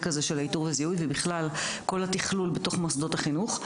הזה של איתור וזיהוי ובכלל כל התכלול בתוך מוסדות החינוך.